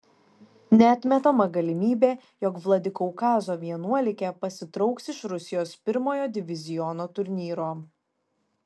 neatmetama galimybė jog vladikaukazo vienuolikė pasitrauks iš rusijos pirmojo diviziono turnyro